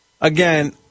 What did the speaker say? again